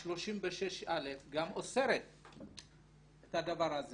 - תמ"א/36/א גם אוסרת את הדבר הזה